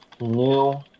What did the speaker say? New